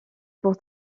pour